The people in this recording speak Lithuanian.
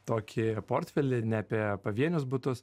tokį portfelį ne apie pavienius butus